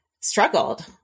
struggled